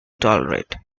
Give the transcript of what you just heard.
tolerate